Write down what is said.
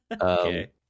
Okay